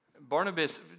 Barnabas